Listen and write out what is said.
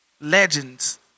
legends